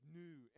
new